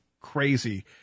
crazy